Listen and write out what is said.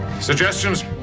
Suggestions